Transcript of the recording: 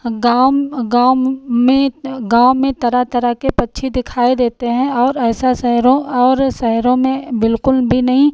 गाम गाम में गाँव में तरह तरह के पक्षी दिखाई देते हैं और ऐसा शहरों और शहरों में बिल्कुल भी नहीं